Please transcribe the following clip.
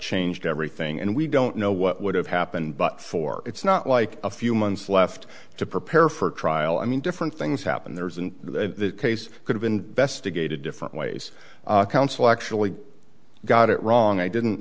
changed everything and we don't know what would have happened but for it's not like a few months left to prepare for trial i mean different things happen there isn't the case could have investigated different ways council actually got it wrong i didn't